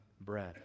bread